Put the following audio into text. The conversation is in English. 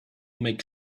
make